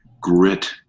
grit